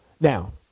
Now